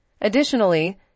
Additionally